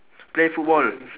play football